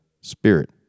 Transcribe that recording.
spirit